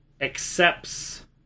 accepts